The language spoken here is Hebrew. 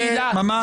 ממש.